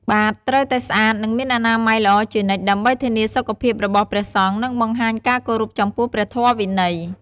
បាតត្រូវតែស្អាត និងមានអនាម័យល្អជានិច្ច ដើម្បីធានាសុខភាពរបស់ព្រះសង្ឃ និងបង្ហាញការគោរពចំពោះព្រះធម៌វិន័យ។